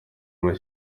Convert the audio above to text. muri